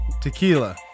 Tequila